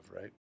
right